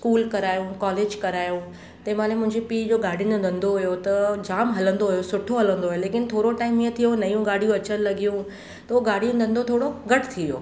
school करायाऊं college करायाऊं तंहिं महिल मुंहिंजे पीउ जो ॻाडियुनि जो धंदो हुयो त जामु हलंदो हुयो सुठो हलंदो हुयो लेकिन थोरो टाईम हीअं थियो नयूं गाॾियूं अचणु लॻियूं त उहो गाॾियुनि जो धंदो थोरो घटि थी वियो